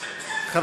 הערבית,